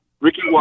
Ricky